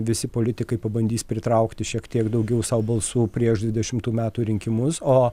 visi politikai pabandys pritraukti šiek tiek daugiau sau balsų prieš dvidešimtų metų rinkimus o